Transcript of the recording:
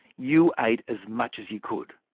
you ate as much as you could.